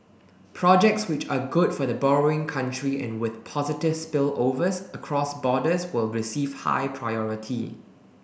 projects which are good for the borrowing country and with positive spillovers across borders will receive high priority